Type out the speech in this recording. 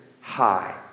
high